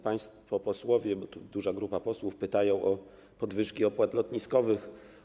Państwo posłowie, bo tu duża grupa posłów jest, pytają o podwyżki opłat lotniskowych.